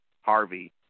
Harvey